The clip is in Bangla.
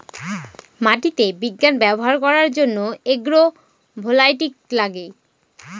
মাটিতে বিজ্ঞান ব্যবহার করার জন্য এগ্রো ভোল্টাইক লাগে